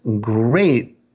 great